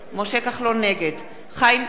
נגד חיים כץ,